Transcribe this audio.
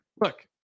look